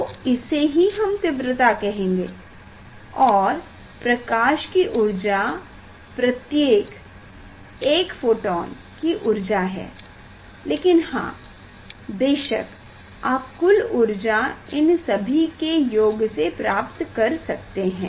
तो इसे ही हम तीव्रता कहेंगे और प्रकाश कि ऊर्जा प्रत्येक एक फोटोन कि ऊर्जा है लेकिन हाँ बेशक आप कुल ऊर्जा इन सभी के योग से प्राप्त कर सकते हैं